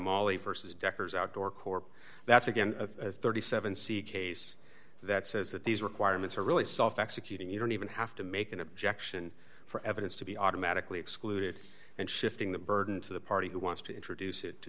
molly versus deckers outdoor court that's again a thirty seven c case that says that these requirements are really self executing you don't even have to make an objection for evidence to be automatically excluded and shifting the burden to the party who wants to introduce it to